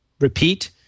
repeat